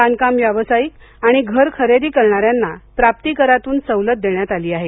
बांधकाम व्यावसायिक आणि घर खरेदी करणाऱ्यांना प्राप्ती करातून सवलत देण्यात आली आहे